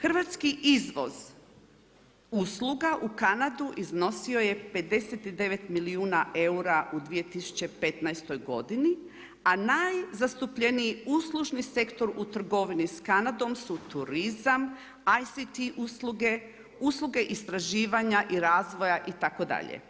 Hrvatski izvoz usluga u Kanadu iznosio je 59 milijuna eura u 2015. godini a najzastupljeniji uslužni sektor u trgovini sa Kanadom su turizam, ICT usluge, usluge istraživanja i razvoja itd.